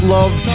Love